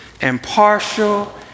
impartial